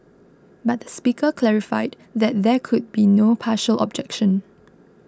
but Speaker clarified that there could be no partial objection